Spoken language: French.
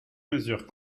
mesures